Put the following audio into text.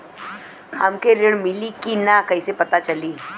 हमके ऋण मिली कि ना कैसे पता चली?